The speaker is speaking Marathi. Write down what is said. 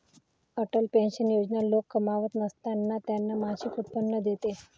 अटल पेन्शन योजना लोक कमावत नसताना त्यांना मासिक उत्पन्न देते